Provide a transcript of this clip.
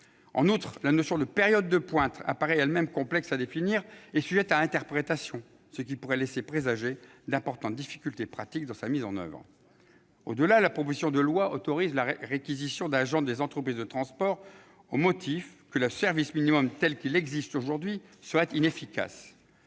En outre, la notion de période de pointe apparaît elle-même complexe à définir et sujette à interprétation, ce qui pourrait laisser présager d'importantes difficultés pratiques dans sa mise en oeuvre. Au-delà, la proposition de loi autorise la réquisition d'agents des entreprises de transport, au motif que le service minimum, tel qu'il existe aujourd'hui, serait inefficace.